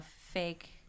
fake